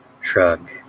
Shrug